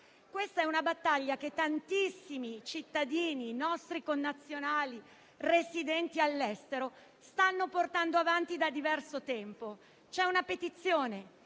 questa è una battaglia che tantissimi cittadini nostri connazionali residenti all'estero stanno portando avanti da diverso tempo. Sta raccogliendo